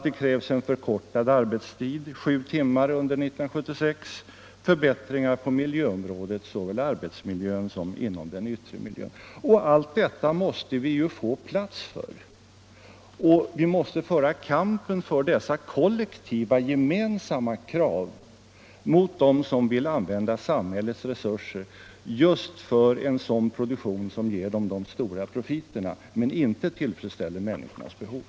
Det krävs en förkortad arbetstid, 7 timmars arbetsdag bör genomföras under 1976. Det behövs kraftiga förbättringar på miljöområdet såväl inom arbetsmiljön som inom den s.k. yttre miljön.” Allt detta måste det beredas plats för. Vi måste föra kampen för dessa kollektiva, gemensamma krav mot dem som vill använda samhällets resurser för en sådan produktion som ger dem de stora profiterna, men inte tillfredsställer människornas behov.